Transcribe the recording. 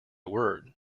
word